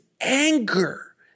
anger